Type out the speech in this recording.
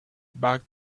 back